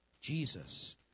Jesus